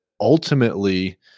ultimately